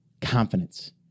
Confidence